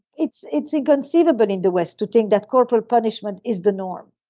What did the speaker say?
it's it's inconceivable in the west to think that corporal punishment is the norm.